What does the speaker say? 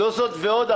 לא זאת ועוד,